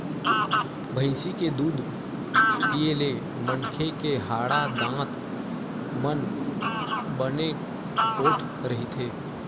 भइसी के दूद पीए ले मनखे के हाड़ा, दांत मन बने पोठ रहिथे